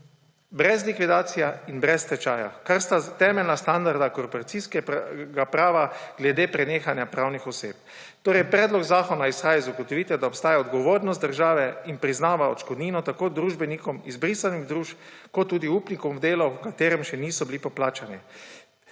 brez likvidacije in brez stečaja, kar sta temeljna standarda korporacijskega prava glede prenehanja pravnih oseb. Predlog zakona torej izhaja iz ugotovitve, da obstaja odgovornost države, in priznava odškodnino tako družbenikom izbrisanih družb kot tudi upnikom v delu, v katerem še niso bili poplačani.